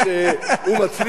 הוא מצליח,